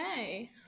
Okay